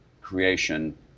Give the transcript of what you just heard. creation